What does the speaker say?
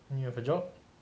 you have a job